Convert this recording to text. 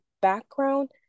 background